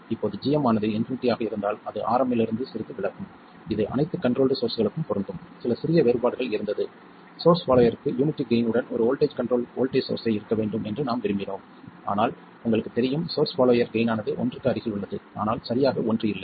இப்போது gm ஆனது infinity ஆக இருந்தால் அது Rm இலிருந்து சிறிது விலகும் இது அனைத்து கண்ட்ரோல்ட் சோர்ஸ்களுக்கும் பொருந்தும் சில சிறிய வேறுபாடுகள் இருந்தது சோர்ஸ் பாலோயர்க்கு யூனிட்டி கெய்ன் உடன் ஒரு வோல்ட்டேஜ் கண்ட்ரோல்ட் வோல்ட்டேஜ் சோர்ஸ்ஸை இருக்க வேண்டும் என்று நாம் விரும்பினோம் ஆனால் உங்களுக்குத் தெரியும் சோர்ஸ் பாலோயர் கெய்ன் ஆனது ஒன்றுக்கு அருகில் உள்ளது ஆனால் சரியாக ஒன்று இல்லை